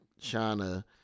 China